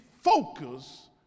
focus